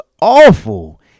awful